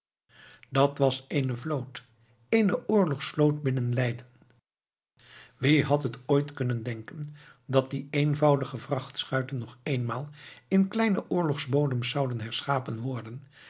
dat was eene vloot eene oorlogsvloot binnen leiden wie had het ooit kunnen denken dat die eenvoudige vrachtschuiten nog eenmaal in kleine oorlogsbodems zouden herschapen worden